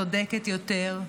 צודקת יותר,